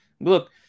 Look